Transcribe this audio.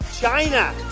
China